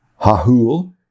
Hahul